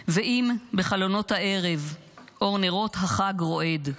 / ואם בחלונות הערב / אור נרות החג רועד /